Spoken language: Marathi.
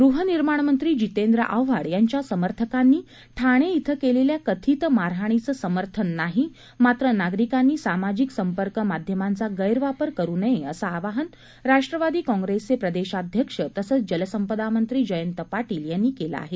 गृहनिर्माण मंत्री जितेंद्र आव्हाड यांच्या समर्थकांनी ठाणे इथं केलेल्या कथित मारहाणीचं समर्थन नाही मात्र नागरिकांनी सामाजिक संपर्क माध्यमांचा गत्वापर करू नये असं आवाहन राष्ट्रवादी काँप्रेसचे प्रदेशाध्यक्ष तसंच जलसंपदा मंत्री जयंत पाटील यांनी केलं आहे